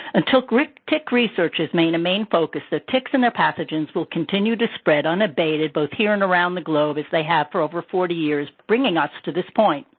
until tick tick research is made a main focus, the ticks and their pathogens will continue to spread unabated, both here and around the globe, as they have for over forty years, bringing us to this point.